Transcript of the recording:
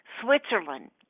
switzerland